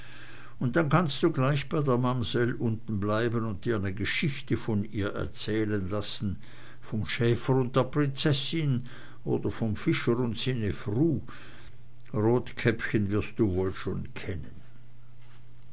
und dann kannst du gleich bei der mamsell unten bleiben und dir ne geschichte von ihr erzählen lassen vom schäfer und der prinzessin oder vom fischer un sine fru rotkäppchen wirst du wohl schon kennen